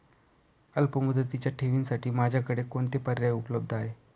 अल्पमुदतीच्या ठेवींसाठी माझ्याकडे कोणते पर्याय उपलब्ध आहेत?